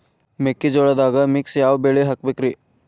ಮೆಕ್ಕಿಜೋಳದಾಗಾ ಮಿಕ್ಸ್ ಯಾವ ಬೆಳಿ ಹಾಕಬೇಕ್ರಿ?